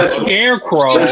scarecrow